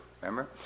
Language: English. remember